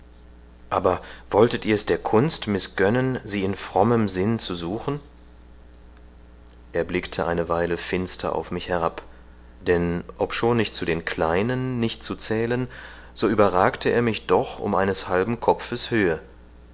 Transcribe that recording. aber wollet ihr's der kunst mißgönnen sie in frommem sinn zu suchen er blickte eine welle finster auf mich herab denn obschon ich zu den kleinen nicht zu zählen so überragte er mich doch um eines halben kopfes höhe